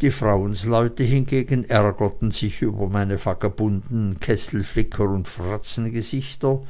die frauensleute hingegen ärgerten sich über meine vagabunden kesselflicker und fratzengesichter